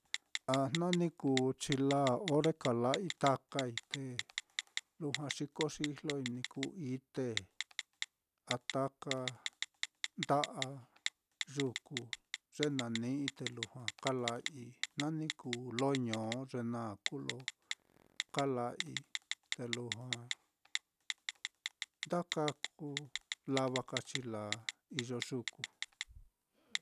A jna ni kuu chilaa ore kala'ai takai, te lujua xikoxijloi, ni kuu ite a taka nda'a yuku, ye na ni'ii, te lujua kala'ai, na ni kuu loo ño, ye naá kuu lo kala'ai, te lujua nda kaku lava ka chilaa iyo yuku.